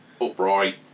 upright